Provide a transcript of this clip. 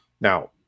now